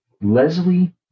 Leslie